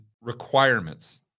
requirements